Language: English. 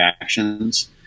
actions